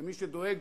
ומי שדואג,